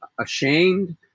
ashamed